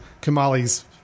Kamali's